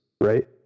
right